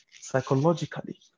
psychologically